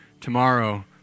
Tomorrow